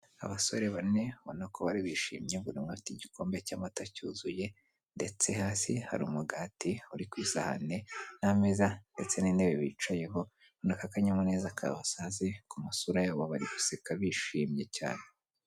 Abasore bane ubona ko bari bishimye buri umwe afite igikombe cy'mata cyuzuye ndetse hasi hari umugati uri ku isahani n'ameza ndetse n'intebe bicayeho, urabona ko akanyamuneza kabasaze ku masura yabo bari guseka bishimye cyane.